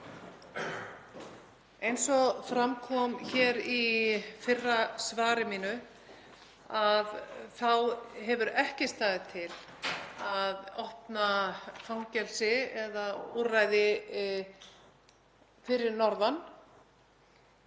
Eins og fram kom hér í fyrra svari mínu þá hefur ekki staðið til að opna fangelsi eða úrræði fyrir norðan.